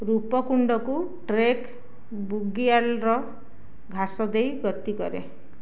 ରୁପକୁଣ୍ଡକୁ trek ବୁଗିଆଲର ଘାସ ଦେଇ ଗତି କରେ